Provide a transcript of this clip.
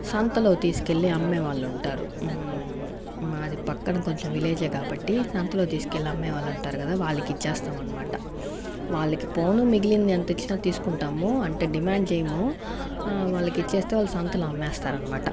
సంతలో తీసుకెళ్లి అమ్మే వాళ్ళు ఉంటారు మాది పక్కన కొంచెం విలేజే కాబట్టి సంతలో తీసుకెళ్లి అమ్మేవాళ్ళు ఉంటారు కదా వాళ్ళకి ఇచ్చేస్తాం అనమాట వాళ్లకి పోను మిగిలింది ఎంత ఇచ్చినా తీసుకుంటాము అంటే డిమాండ్ చేయము వాళ్ళకి ఇచ్చేస్తే వాళ్ళు సంతలో అమ్మేస్తారన్నమాట